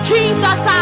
Jesus